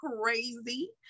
crazy